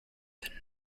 than